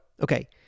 okay